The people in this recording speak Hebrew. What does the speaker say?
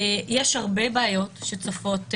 יש הרבה בעיות שצפות מהשטח.